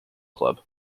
club